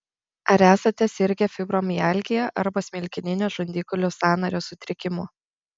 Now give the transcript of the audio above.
ar esate sirgę fibromialgija arba smilkininio žandikaulio sąnario sutrikimu